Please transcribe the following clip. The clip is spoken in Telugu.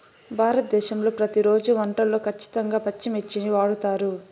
భారతదేశంలో ప్రతిరోజు వంటల్లో ఖచ్చితంగా పచ్చిమిర్చిని వాడుతారు